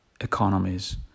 economies